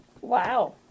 Wow